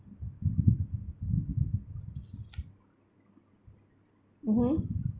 mmhmm